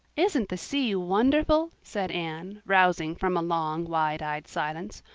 isn't the sea wonderful? said anne, rousing from a long, wide-eyed silence.